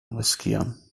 riskieren